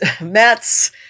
Mets